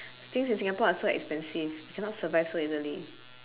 things in singapore are so expensive we cannot we survive so easily